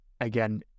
again